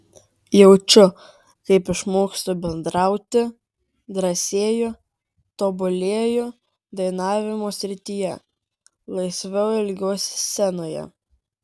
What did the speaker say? jaučiu kaip išmokstu bendrauti drąsėju tobulėju dainavimo srityje laisviau elgiuosi scenoje